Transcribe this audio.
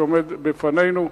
שעומד בפנינו,